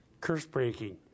curse-breaking